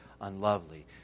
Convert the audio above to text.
unlovely